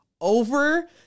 over